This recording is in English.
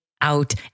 out